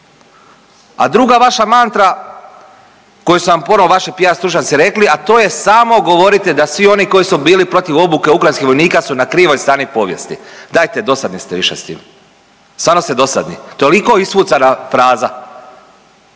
A druga vaša mantra koju su vam ponovo vaši piar stručnjaci rekli, a to je samo govorite da svi oni koji su bili protiv obuke ukrajinskih vojnika su na krivoj strani povijesti. Dajte, dosadni ste više s tim, stvarno ste dosadni, toliko isfucana fraza.